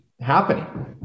happening